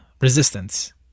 resistance